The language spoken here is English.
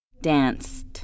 Danced